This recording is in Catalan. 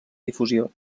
difusió